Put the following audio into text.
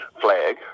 flag